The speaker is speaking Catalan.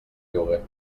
lloguer